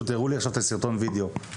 הראו לי עכשיו את סרטון הווידיאו.